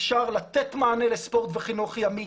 אפשר לתת מענה לספורט וחינוך ימי,